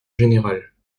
générale